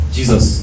Jesus